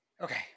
Okay